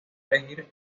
elegir